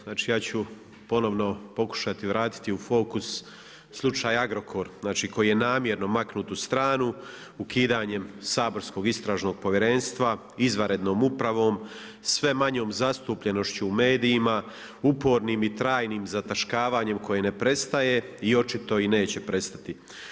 Znači ja ću ponovno pokušati vratiti u fokus slučaj Agrokor znači koji je namjerno maknut u stranu ukidanjem saborskog Istražnog povjerenstva izvanrednom upravom, sve manjom zastupljenošću u medijima, upornim i trajnim zataškavanjem koje ne prestaje i očito i neće prestati.